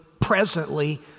presently